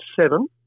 seven